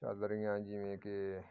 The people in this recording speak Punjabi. ਚੱਲ ਰਹੀਆਂ ਜਿਵੇਂ ਕਿ